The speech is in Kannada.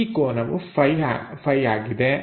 ಈ ಕೋನವು Φ ಆಗಿದೆ